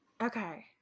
Okay